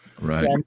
Right